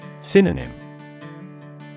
Synonym